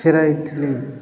ଫେରାଇଥିଲି